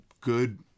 good